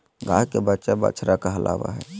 गाय के बच्चा बछड़ा कहलावय हय